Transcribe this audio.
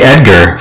Edgar